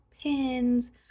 pins